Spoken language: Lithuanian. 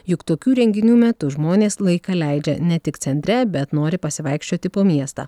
juk tokių renginių metu žmonės laiką leidžia ne tik centre bet nori pasivaikščioti po miestą